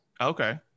okay